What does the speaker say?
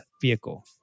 vehicle